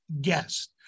guest